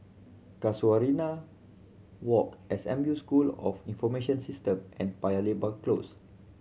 Casuarina Walk S M U School of Information System and Paya Lebar Close